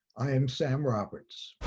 i am sam roberts.